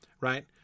right